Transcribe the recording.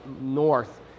north